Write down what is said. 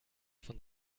von